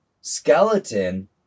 skeleton